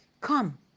Come